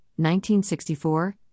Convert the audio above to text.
1964